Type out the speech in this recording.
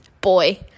boy